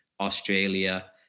Australia